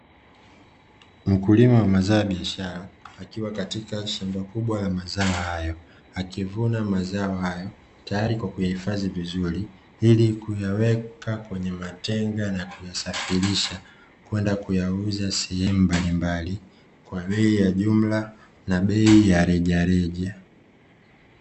Mkulima wa mazao ya biashara akiwa katika shamba kubwa la mazao hayo, akivuna mazao hayo tayari kwa kuyahifadhi vizuri ili kuyaweka kwenye matenga na kuyasafirisha kwenda kuyauza sehemu mbali mbali kwa bei ya jumla na bei ya rejareja.